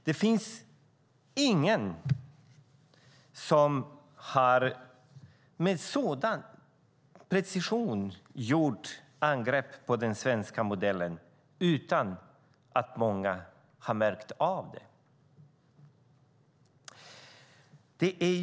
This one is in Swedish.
Det finns ingen som med sådan precision har gjort angrepp på den svenska modellen utan att många har märkt av det. Herr talman!